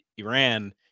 Iran